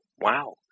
wow